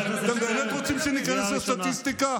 אתם באמת רוצים שניכנס לסטטיסטיקה,